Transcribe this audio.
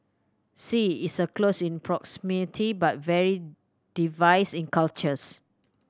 Sea is a close in proximity but very diverse in cultures